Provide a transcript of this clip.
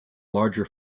larger